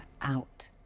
out